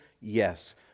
Yes